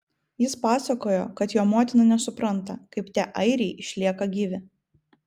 jis pasakojo kad jo motina nesupranta kaip tie airiai išlieka gyvi